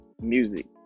music